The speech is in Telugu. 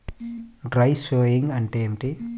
డ్రై షోయింగ్ అంటే ఏమిటి?